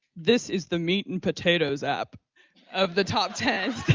this is the meat and potatoes app of the top ten.